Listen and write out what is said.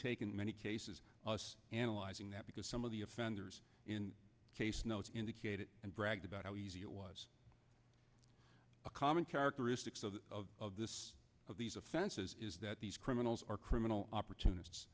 take in many cases us analyzing that because some of the offenders in case notes indicated and bragged about how easy it was a common characteristics of this of these offenses is that these criminals are criminal opportuni